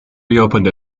reopened